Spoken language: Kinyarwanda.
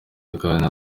akanya